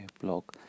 blog